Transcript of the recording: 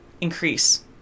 increase